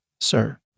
Sir